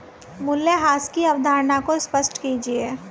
मूल्यह्रास की अवधारणा को स्पष्ट कीजिए